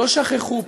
שלא שכחו,